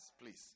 please